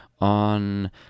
on